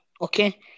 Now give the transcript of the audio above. okay